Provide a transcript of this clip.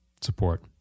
support